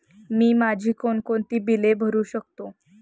मी माझी कोणकोणती बिले भरू शकतो?